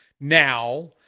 now